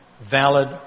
valid